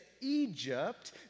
Egypt